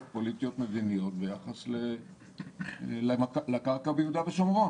פוליטיות מדיניות ביחס לקרקע ביהודה ושומרון.